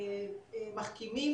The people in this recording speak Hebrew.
מחכימים,